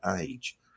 age